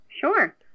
Sure